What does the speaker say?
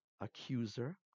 accuser